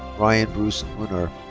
ryan bruce uner.